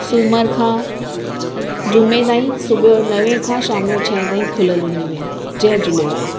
सूमर खां जुमे ताईं सुबुह जो नवें खां शाम जो छ्हे ताईं खुलियल हूंदी आहिनि जय झूलेलाल